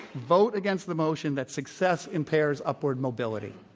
vote against the motion that success impairs upward mobility.